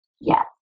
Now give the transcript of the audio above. Yes